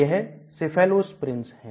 यह Cephalosprins है